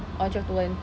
oh twelve to one